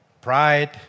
pride